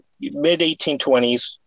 mid-1820s